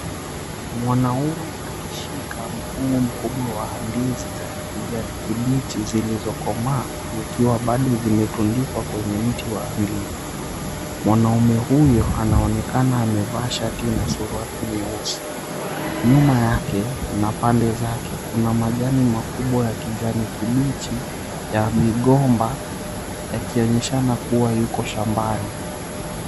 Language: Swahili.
Mwanaume akishika mkungu mkubwa wa ndizi za kijani kibichi zilizo komaa zikiwa bado zimetundikwa kwenye mti wa ndizi. Mwanaume huyo anaonekana amevaa shati na suruali nyeusi. Myuma yake na pande zake kuna majani makubwa ya kijani kibichi ya migomba yakionyeshana kuwa yuko shambani.